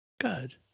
Good